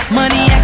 money